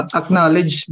acknowledge